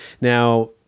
Now